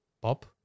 Pop